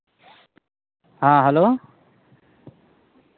ᱦᱮᱸ ᱦᱮᱞᱳ